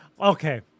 Okay